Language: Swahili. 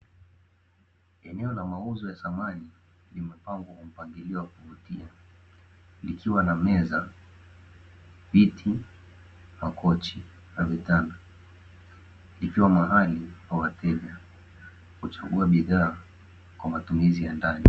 Eneo la mauzo ya samani limepangwa kwa mpangilio wa kuvutia likiwa na meza, viti, makochi na vitanda vikiwa mahali kwa wateja kuchukua bidhaa kwa matumizi ya ndani.